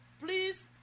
Please